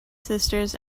sisters